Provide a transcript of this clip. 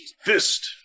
Fist